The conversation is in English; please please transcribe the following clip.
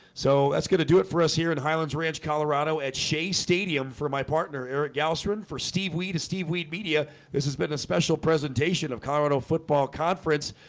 so that's gonna do it for us here in highlands ranch colorado at shea stadium for my partner eric gowen for steve we steve wheat media this has been a special presentation of colorado football conference.